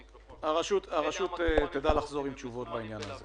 הרשות תדע לחזור עם תשובות בעניין הזה.